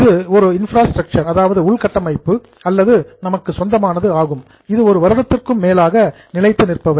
இது ஒரு இன்ப்ராஸ்ட்ரக்சர் உள்கட்டமைப்பு அல்லது நமக்கு சொந்தமானது ஆகும் இது ஒரு வருடத்திற்கும் மேலாக நிலைத்து இருப்பவை